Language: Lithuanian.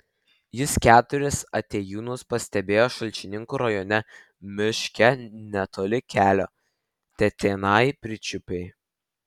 jis keturis atėjūnus pastebėjo šalčininkų rajono miške netoli kelio tetėnai pirčiupiai